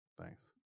thanks